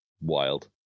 Wild